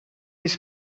his